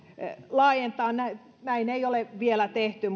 laajentaa näin näin ei ole vielä tehty